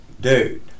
dude